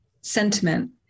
sentiment